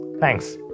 Thanks